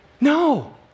No